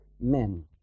Men